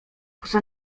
poza